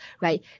right